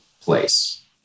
place